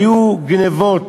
היו גנבות.